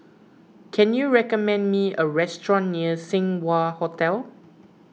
can you recommend me a restaurant near Seng Wah Hotel